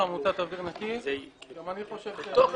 אני מסתובב בכל העולם.